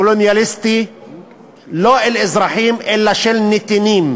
קולוניאליסטי לא אל אזרחים אלא אל נתינים.